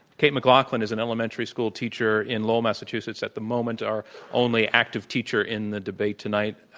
kate mclaughlin is an elementary school teacher in lowell, massachusetts, at the moment our only active teacher in the debate tonight.